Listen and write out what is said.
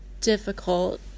difficult